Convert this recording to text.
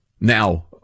Now